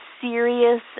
serious